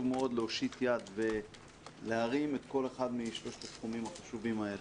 מאוד להושיט יד ולהרים את כל אחד משלושת התחומים החשובים האלה.